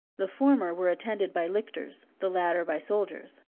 the former were attended by lictors, the latter by soldiers.